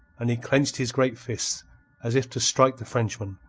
and he clenched his great fists as if to strike the frenchman,